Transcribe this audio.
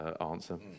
answer